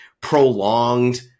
prolonged